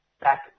back